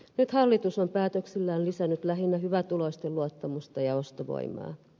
nyt hallitus on päätöksillään lisännyt lähinnä hyvätuloisten luottamusta ja ostovoimaa